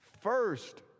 First